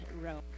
row